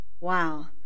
Wow